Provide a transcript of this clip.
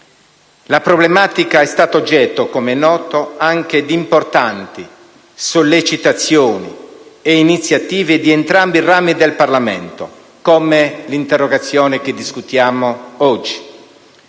La problematica è stata oggetto, come è noto, anche di importanti sollecitazioni e iniziative di entrambi i rami del Parlamento, come l'interrogazione che discutiamo oggi.